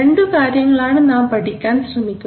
രണ്ടുകാര്യങ്ങളാണ് നാം പഠിക്കാൻ ശ്രമിക്കുന്നത്